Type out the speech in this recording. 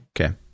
Okay